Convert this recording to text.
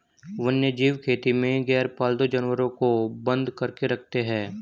वन्यजीव खेती में गैरपालतू जानवर को बंद करके रखते हैं